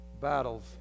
battles